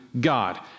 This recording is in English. God